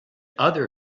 other